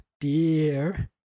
dear